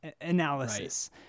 Analysis